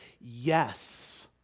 Yes